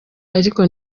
ariko